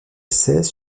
essais